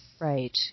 Right